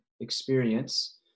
experience